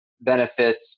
benefits